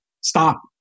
stop